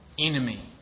enemy